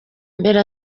mbere